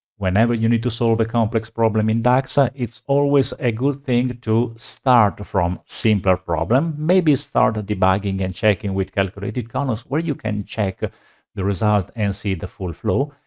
whenever you need to solve a complex problem in dax, ah it's always a good thing to start from simpler problem. maybe start debugging and checking with calculated columns where you can check the result and see the full flow.